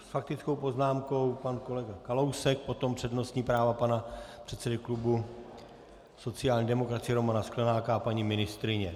Tak s faktickou poznámkou pan kolega Kalousek, potom přednostní práva pana předsedy klubu sociální demokracie Romana Sklenáka a paní ministryně.